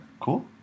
cool